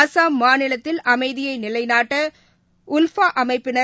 அஸ்ஸாம் மாநிலத்தில் அமைதியைநிலைநாட்டஉல்பாஅமைப்பினர்